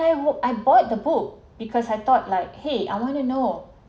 I hope I bought the book because I thought like !hey! I want to know